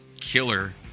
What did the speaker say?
killer